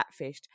catfished